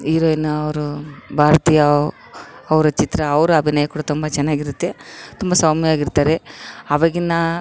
heroine ಅವರು ಭಾರತೀಯವ ಅವರ ಚಿತ್ರ ಅವರ ಅಭಿನಯ ಕೂಡ ತುಂಬ ಚೆನ್ನಾಗಿರುತ್ತೆ ತುಂಬ ಸೌಮ್ಯವಾಗಿರ್ತಾರೆ ಅವಾಗಿನ